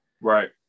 Right